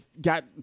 got